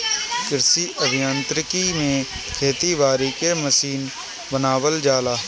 कृषि अभियांत्रिकी में खेती बारी के मशीन बनावल जाला